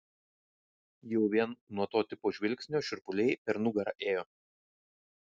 jau vien nuo to tipo žvilgsnio šiurpuliai per nugarą ėjo